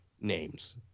names